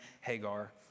Hagar